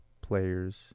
players